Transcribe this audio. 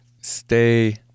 stay